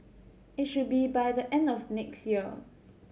it should be by the end of next year